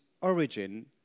origin